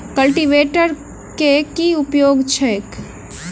Cultivator केँ की उपयोग छैक?